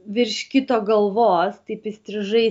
virš kito galvos taip įstrižai